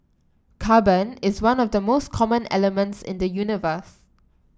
carbon is one of the most common elements in the universe